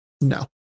No